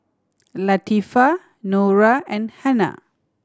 Latifa Nura and Hana